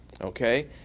Okay